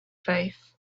faith